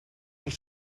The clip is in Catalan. els